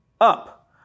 up